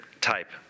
type